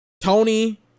Tony